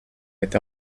with